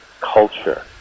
culture